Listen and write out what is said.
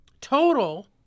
total